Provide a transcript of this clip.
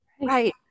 Right